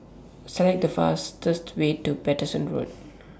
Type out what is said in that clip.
Select The fastest Way to Paterson Road